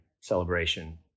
celebration